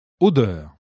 Odeur